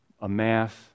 amass